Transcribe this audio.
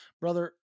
brother